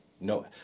no